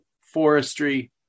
forestry